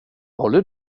håller